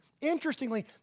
Interestingly